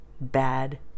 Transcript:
Bad